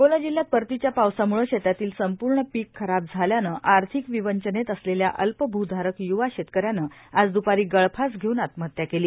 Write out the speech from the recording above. अकोला जिल्ह्यात परतीच्या पावसामुळं शेतातील संपूर्ण पीक खराब झाल्यानं आर्थिक विवंचनेत असलेल्या अल्पभूधारक युवा शेतकऱ्यानं आज द्पारी गळफास घेऊन आत्महत्या केली